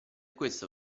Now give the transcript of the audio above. questo